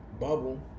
bubble